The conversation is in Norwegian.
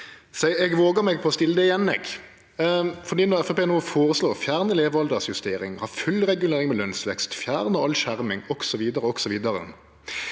Eg våger meg på å stille det igjen. Når Framstegspartiet no føreslår å fjerne levealdersjustering, ha full regulering med lønsvekst, fjerne all skjerming osv.,